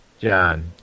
John